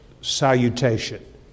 salutation